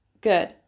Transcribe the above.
good